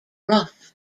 rough